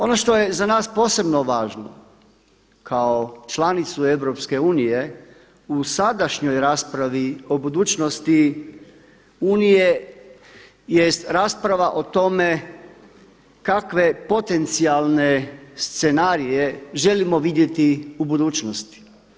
Ono što je za nas posebno važno kao članicu EU u sadašnjoj raspravi o budućnosti Unije jest rasprava o tome kakve potencijalne scenarije želimo vidjeti u budućnosti.